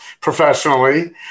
professionally